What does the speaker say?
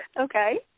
okay